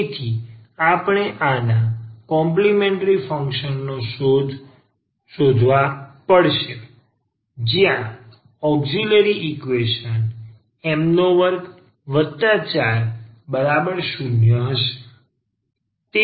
તેથી આપણે આના કોમ્પલિમેન્ટ્રી ફંક્શનો શોધવા પડશે જ્યાં ઔક્ષીલરી ઈકવેશન m240 હશે